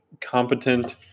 competent